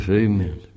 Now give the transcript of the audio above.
amen